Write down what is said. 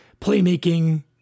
playmaking